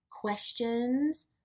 questions